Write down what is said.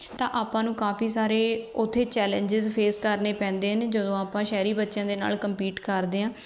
ਤਾਂ ਆਪਾਂ ਨੂੰ ਕਾਫੀ ਸਾਰੇ ਉੱਥੇ ਚੈਲੇਂਜਸ ਫੇਸ ਕਰਨੇ ਪੈਂਦੇ ਨੇ ਜਦੋਂ ਆਪਾਂ ਸ਼ਹਿਰੀ ਬੱਚਿਆਂ ਦੇ ਨਾਲ ਕੰਪੀਟ ਕਰਦੇ ਹਾਂ